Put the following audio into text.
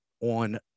on